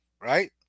Right